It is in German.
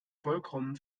vollkommen